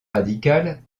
radicales